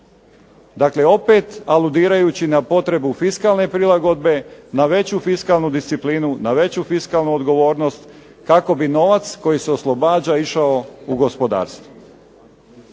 Dakle opet aludirajući na potrebu fiskalne prilagodbe, na veću fiskalnu disciplinu, na veću fiskalnu odgovornost kako bi novac koji se oslobađa išao u gospodarstvo.